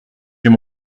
j’ai